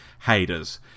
haters